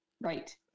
Right